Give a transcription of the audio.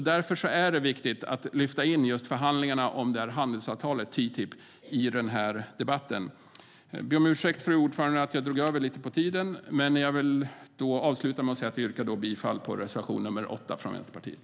Därför är det viktigt att lyfta in förhandlingarna om handelsavtalet, TTIP, i den här debatten. Fru talman! Jag yrkar alltså bifall till reservation nr 8 från Vänsterpartiet.